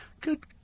good